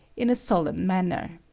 in a solemn manner.